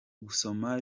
gusoma